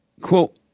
quote